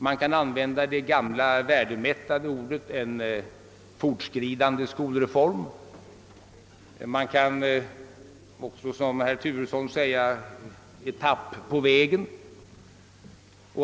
Man kan använda det gamla värdemättade ordet en fortskridande skolreform, man kan också som herr Turesson säga en etapp på vägen.